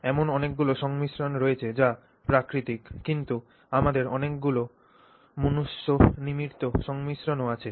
এমন অনেকগুলি সংমিশ্রণ রয়েছে যা প্রাকৃতিক কিন্তু আমাদের অনেকগুলি মনুষ্যনির্মিত সংমিশ্রণও আছে